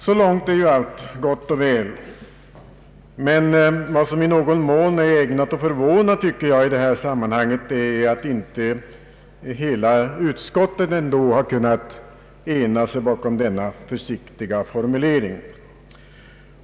Så långt är allt gott och väl. Men vad som i någon mån är ägnat att förvåna i detta sammanhang är att inte hela utskottet har kunnat ena sig om denna försiktiga formulering.